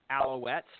Alouettes